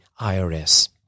IRS